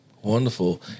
Wonderful